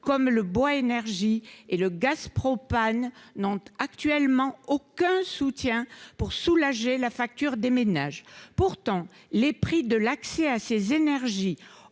comme le bois énergie et le gaz propane, ne bénéficient d'aucun dispositif pour alléger la facture des ménages. Pourtant, les prix de l'accès à ces énergies,